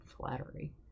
flattery